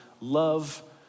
love